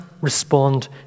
respond